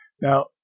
Now